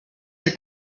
that